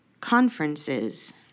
conferences